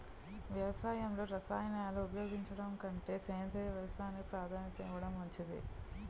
వ్యవసాయంలో రసాయనాలను ఉపయోగించడం కంటే సేంద్రియ వ్యవసాయానికి ప్రాధాన్యత ఇవ్వడం మంచిది